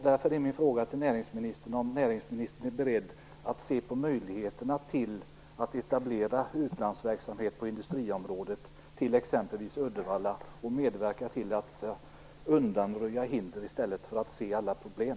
Därför undrar jag om näringsministern är beredd att se på möjligheterna att etablera utlandsverksamhet på industriområdet i t.ex. Uddevalla och medverka till att undanröja hinder i stället för att se alla problem.